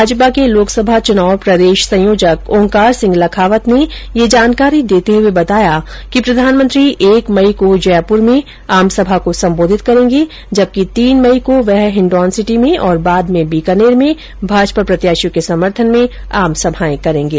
भाजपा के लोकसभा चुनाव प्रदेश संयोजक ओंकार सिंह लखावत ने यह जानकारी देते हुए बताया कि प्रधानमंत्री एक मई को जयपुर में आमसभा को सम्बोधित करेंगे जबकि तीन मई को वह हिण्डौनसिटी में और बाद में बीकानेर में भाजपा प्रत्याशियों के समर्थन में आमसभाओं को सम्बोधित करेंगे